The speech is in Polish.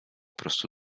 prostu